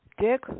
Dick